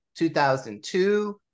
2002